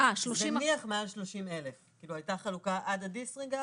זניח מעל 30,000. הייתה חלוקה עד הדיסריגרד,